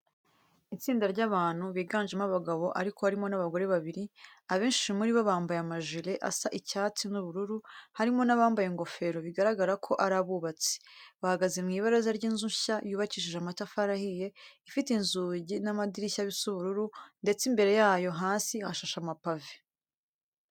Itsinda ry'abantu biganjemo abagabo ariko harimo n'abagore babiri. Abenshi muri bo bambaye amajire asa icyatsi n'ubururu, harimo n'abambaye ingofero bigaragara ko ari abubatsi. Bahagaze mu ibaraza ry'inzu nshya yubakishije amatafari ahiye, ifite inzugi n'amadirishya bisa ubururu ndetse imbere yayo hasi hashashe amapave.